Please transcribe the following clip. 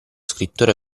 scrittore